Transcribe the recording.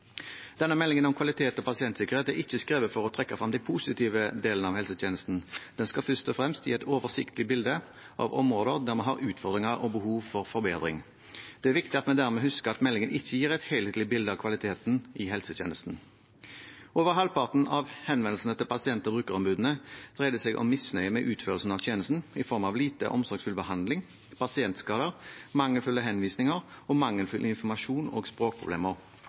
Denne meldingen om kvalitet og pasientsikkerhet er ikke skrevet for å trekke frem de positive delene av helsetjenesten. Den skal først og fremst gi et oversiktlig bilde av områder der vi har utfordringer og behov for forbedring. Det er viktig at vi dermed husker at meldingen ikke gir et helhetlig bilde av kvaliteten i helsetjenesten. Over halvparten av henvendelsene til pasient- og brukerombudene dreide seg om misnøye med utførelsen av tjenesten i form av lite omsorgsfull behandling, pasientskader, mangelfulle henvisninger, mangelfull informasjon og språkproblemer.